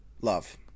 love